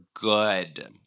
good